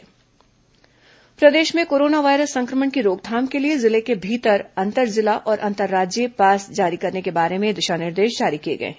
corona आवागमन pass प्रदेश में कोरोना वायरस संक्रमण की रोकथाम के लिए जिले के भीतर अंतजिला और अंतर्राज्यीय पास जारी करने के बारे में दिशा निर्देश जारी किए गए हैं